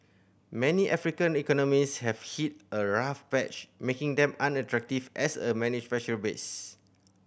many African economies have hit a rough patch making them unattractive as a manufacturing base